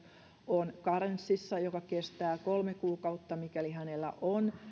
on karenssissa joka kestää kolme kuukautta mikäli hänellä on